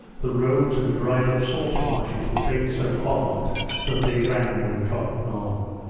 the roads and dried-up salt marshes were baked so hard that they rang when trodden on.